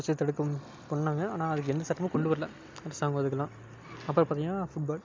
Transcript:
விஷய தடுப்பும் பண்ணாங்க ஆனால் அதுக்கு எந்த சட்டமும் கொண்டு வரலை பெருசாக அவங்க இதுக்கு எல்லாம் அப்புறோம் பார்த்திங்கனா ஃபுட்பால்